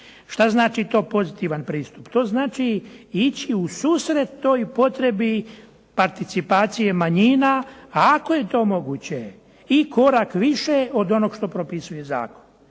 Što znači to pozitivan pristup? To znači ići u susret toj potrebi participaciji manjina, a ako je to moguće i korak više od onoga što propisuje zakon.